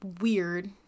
weird